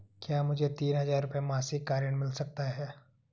क्या मुझे तीन हज़ार रूपये मासिक का ऋण मिल सकता है?